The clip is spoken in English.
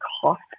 cost